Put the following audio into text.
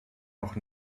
noch